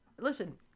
listen